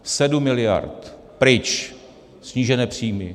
Sedm miliard pryč, snížené příjmy.